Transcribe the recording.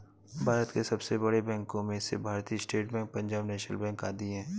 भारत के सबसे बड़े बैंको में से भारतीत state bank, Punjab national bank आदि है